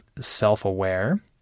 self-aware